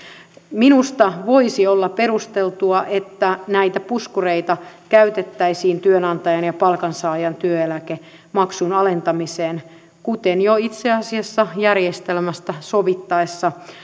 minusta voisi olla perusteltua että näitä puskureita käytettäisiin työnantajan ja palkansaajan työeläkemaksun alentamiseen kuten jo itse asiassa järjestelmästä sovittaessa